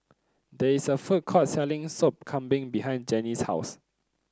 there is a food court selling Sop Kambing behind Janie's house